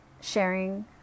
sharing